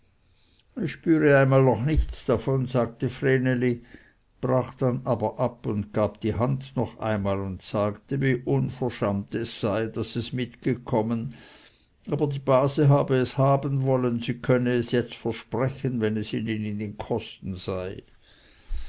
es gspüre einmal noch nichts davon sagte vreneli brach dann aber ab und gab die hand noch einmal und sagte wie uverschant es sei daß es mitgekommen aber die base habe es haben wollen sie könne es jetzt versprechen wenn es ihnen in den kosten sei